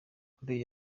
kuri